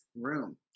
room